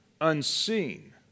unseen